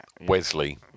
Wesley